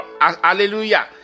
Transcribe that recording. Hallelujah